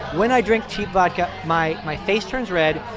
when i drink cheap vodka, my my face turns red.